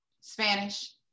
Spanish